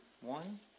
one